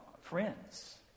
friends